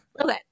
Okay